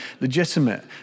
legitimate